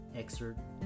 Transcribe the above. excerpt